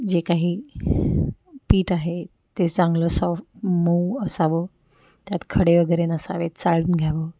जे काही पीठ आहे ते चांगलं सॉफ्ट मऊ असावं त्यात खडे वगैरे नसावेत चाळून घ्यावं